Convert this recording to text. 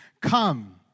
Come